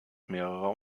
mehrerer